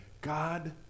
God